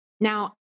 Now